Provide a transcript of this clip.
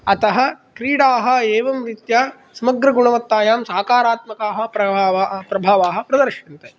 अतः क्रीडाः एवं रीत्या समग्रगुणवत्तायां सकारात्मकः प्रभाव प्रभावः प्रदर्श्यन्ते